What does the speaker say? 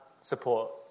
support